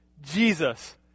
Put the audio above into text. Jesus